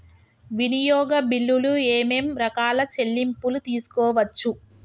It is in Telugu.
వినియోగ బిల్లులు ఏమేం రకాల చెల్లింపులు తీసుకోవచ్చు?